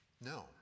No